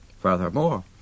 Furthermore